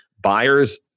buyers